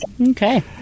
Okay